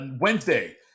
Wednesday